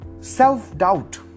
self-doubt